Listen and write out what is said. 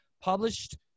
published